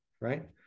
right